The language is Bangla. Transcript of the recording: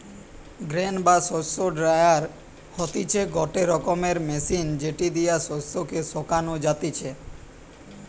গ্রেন বা শস্য ড্রায়ার হতিছে গটে রকমের মেশিন যেটি দিয়া শস্য কে শোকানো যাতিছে